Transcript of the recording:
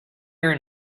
your